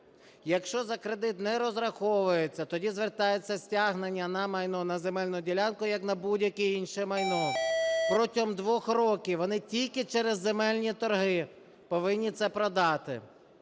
Якщо за кредит не розраховуються, тоді звертається стягнення на майно, на земельну ділянку як на будь-яке інше майно. Протягом 2 років вони тільки через земельні торги повинні це продати.